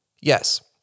Yes